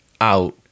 out